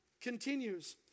Continues